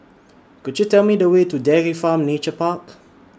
Could YOU Tell Me The Way to Dairy Farm Nature Park